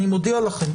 אני מודיע לכם,